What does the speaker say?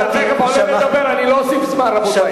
אתה תיכף עולה לדבר, אני לא אוסיף זמן, רבותי.